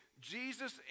Jesus